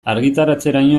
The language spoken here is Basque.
argitaratzeraino